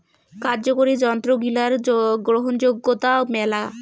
কার্যকরি যন্ত্রগিলার গ্রহণযোগ্যতা মেলা